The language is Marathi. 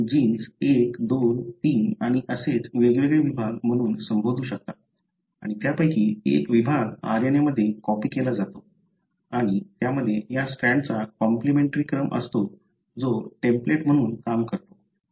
तर तुम्ही जीन्स 123 आणि असेच वेगवेगळे विभाग म्हणून संबोधू शकता आणि त्यापैकी एक विभाग RNA मध्ये कॉपी केला जातो आणि त्यामध्ये या स्ट्रँडचा कॉम्प्लिमेंटरी क्रम असतो जो टेम्पलेट म्हणून काम करतो